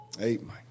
Amen